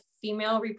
female